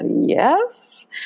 yes